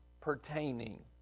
pertaining